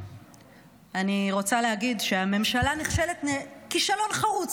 אני רוצה להגיד שהממשלה נכשלת כישלון חרוץ